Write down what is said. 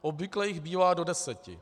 Obvykle jich bývá do deseti.